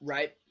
Right